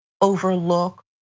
overlook